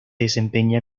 desempeña